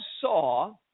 saw